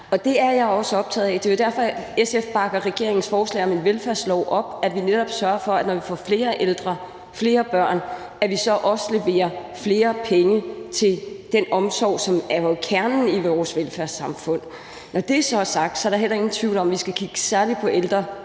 Det er jeg også optaget af, og det er jo derfor, at SF bakker regeringens forslag om en velfærdslov op, altså for at vi netop sørger for, når vi får flere ældre og flere børn, også at levere flere penge til den omsorg, som er kernen i vores velfærdssamfund. Når det er sagt, er der heller ingen tvivl om, at vi skal kigge særlig på